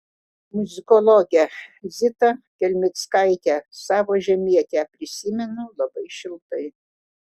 muzikologę zita kelmickaitę savo žemietę prisimenu labai šiltai